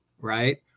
right